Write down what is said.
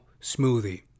smoothie